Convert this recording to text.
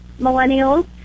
millennials